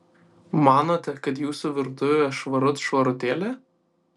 manote kad jūsų virtuvė švarut švarutėlė